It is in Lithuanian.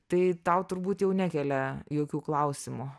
tai tau turbūt jau nekelia jokių klausimų